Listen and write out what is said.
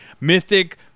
mythic